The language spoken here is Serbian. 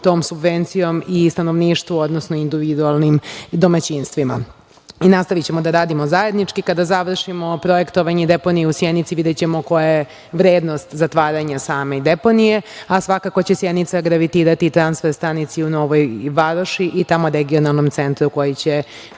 tom subvencijom i stanovništvu, odnosno individualnim domaćinstvima. Nastavićemo da radimo zajednički. Kada završimo projektovanje deponije u Sjenici videćemo koja vrednost zatvaranja same deponije, a svakako će Sjenica gravitirati transfer stanici u Novoj Varoši i tamo regionalnom centru koji će